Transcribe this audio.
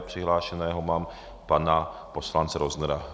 Přihlášeného mám pana poslance Roznera.